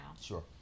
Sure